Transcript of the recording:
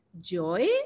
joy